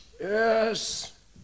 Yes